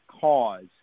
cause